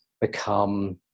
become